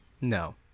No